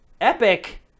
Epic